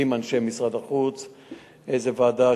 זאת אומרת,